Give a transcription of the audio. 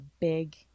big